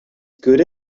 good